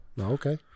Okay